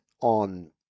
on